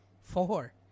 four